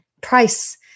Price